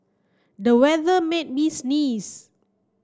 the weather made me sneeze